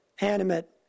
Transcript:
animate